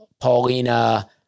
Paulina